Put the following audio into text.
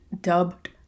dubbed